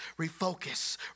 refocus